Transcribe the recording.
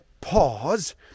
Pause